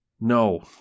No